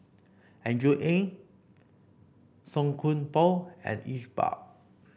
Andrew Ang Song Koon Poh and Iqbal